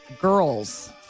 girls